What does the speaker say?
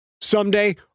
Someday